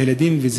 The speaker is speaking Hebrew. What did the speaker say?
הילדים.